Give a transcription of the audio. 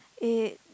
it